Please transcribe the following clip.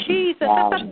Jesus